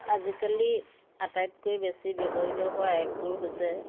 আজিকালি আটাইতকৈ বেছি ব্যৱহৃত হোৱা এপবোৰ হৈছে